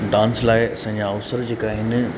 dance लाइ असांजा अवसरु जेका आहिनि